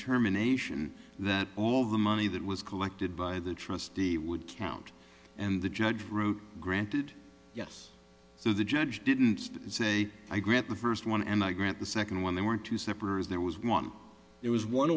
determination that the money that was collected by the trustee would count and the judge wrote granted yes so the judge didn't say i grant the first one and i grant the second one there were two separate there was one there was one